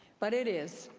but it is.